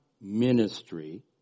ministry